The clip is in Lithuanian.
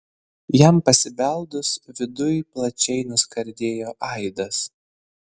jam pasibeldus viduj plačiai nuskardėjo aidas